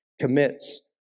commits